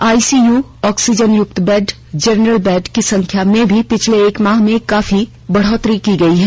ICU oxygen युक्त bed general bed की संख्या में भी पिछले एक माह काफी बढ़ोतरी की गयी है